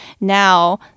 Now